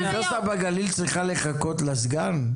לא אבל רגע, האוניברסיטה בגליל צריכה לחכות לסגן?